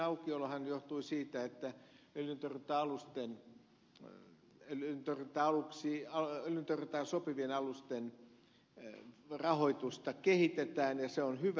tämä momentin aukiolohan johtui siitä että öljyntorjuntaan sopivien alusten rahoitusta kehitetään ja se on hyvä